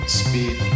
speed